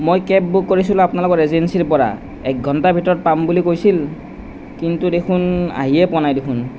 মই cab book কৰিছিলোঁ আপোনালোকৰ এজেঞ্চীৰ পৰা এক ঘণ্টাৰ ভিতৰত পাম বুলি কৈছিল কিন্তু দেখোন আহিয়ে পোৱা নাই দেখোন